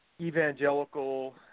evangelical